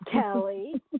Kelly